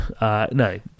No